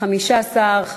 2014, נתקבל.